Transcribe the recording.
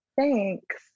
thanks